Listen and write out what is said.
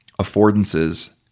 affordances